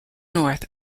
north